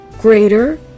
greater